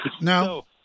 No